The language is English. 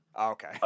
Okay